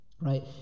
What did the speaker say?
right